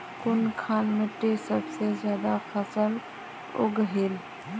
कुनखान मिट्टी सबसे ज्यादा फसल उगहिल?